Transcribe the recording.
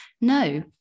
no